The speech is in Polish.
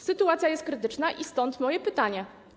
Sytuacja jest krytyczna i stąd moje pytanie.